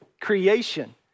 creation